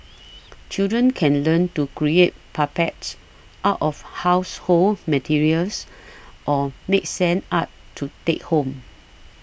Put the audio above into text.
children can learn to create puppets out of household materials or make sand art to take home